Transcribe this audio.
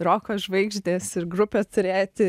roko žvaigždės ir grupę turėti